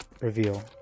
Reveal